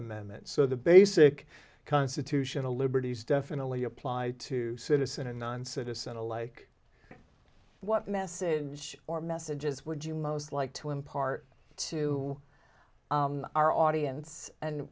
amendment so the basic constitutional liberties definitely apply to citizen and non citizen alike what message or messages would you most like to impart to our audience and